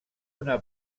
una